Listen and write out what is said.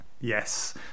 Yes